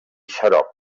xarop